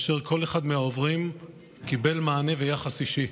וכל אחד מהעוברים קיבל מענה ויחס אישי,